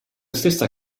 stessa